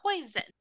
poison